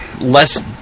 less